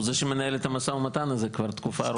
הוא זה שמנהל את המשא ומתן הזה כבר תקופה ארוכה.